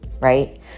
Right